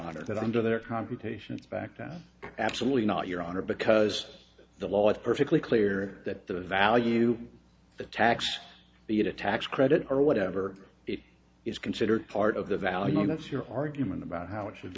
honor that under their congregation back that absolutely not your honor because the law is perfectly clear that the value of the tax be it a tax credit or whatever it is considered part of the value that's your argument about how it should